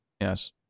Yes